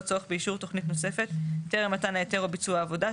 צורך באישור תוכנית נוספת טרם מתן ההיתר או ביצוע העבודה,